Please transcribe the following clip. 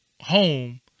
home